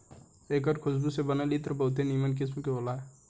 एकर खुशबू से बनल इत्र बहुते निमन किस्म के होला